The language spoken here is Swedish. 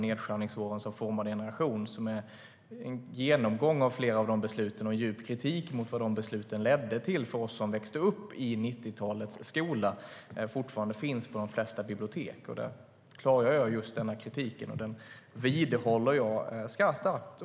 Nedskärningsåren som formade en generation som är en genomgång av flera av de besluten och djup kritik mot vad de besluten ledde till för oss som växte upp i 90-talets skola fortfarande finns på de flesta bibliotek. Där klargör jag just denna kritik. Och den vidhåller jag starkt.